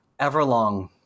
Everlong